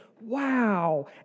wow